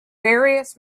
various